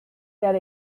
that